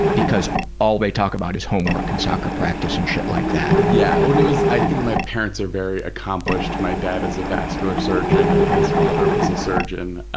because all they talk about is homework and soccer practice and shit like that. yeah. well, and it was, i think my parents are very accomplished. my dad is a vascular surgeon and his father was a surgeon,